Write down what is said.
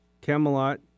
Camelot